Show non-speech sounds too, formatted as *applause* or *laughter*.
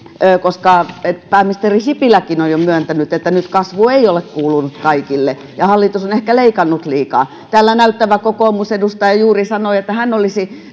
koska pääministeri sipiläkin on jo myöntänyt että nyt kasvu ei ole kuulunut kaikille ja hallitus on ehkä leikannut liikaa täällä näyttävä kokoomusedustaja juuri sanoi että hän olisi *unintelligible*